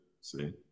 See